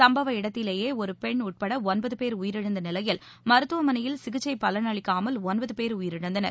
சுப்பவ இடத்திலேயே ஒரு பெண் உட்பட ஒன்பது பேர் உயிரிழந்த நிலையில் மருத்துவமனையில் சிகிச்சை பலனளிக்காமல் ஒன்பது பேர் உயிரிழந்தனர்